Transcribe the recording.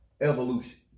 Evolution